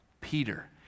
Peter